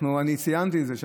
אני סיימתי את זה.